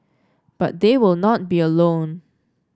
but they will not be alone